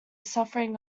suffering